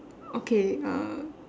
okay uh